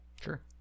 sure